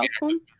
welcome